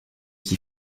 qui